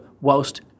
whilst